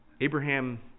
Abraham